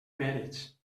mèrits